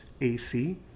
AC